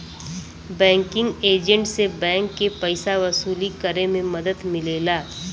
banking agent से बैंक के पइसा वसूली करे में मदद मिलेला